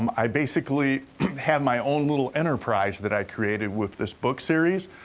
um i basically have my own little enterprise that i created with this book series,